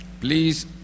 Please